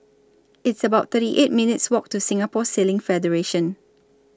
It's about thirty eight minutes' Walk to Singapore Sailing Federation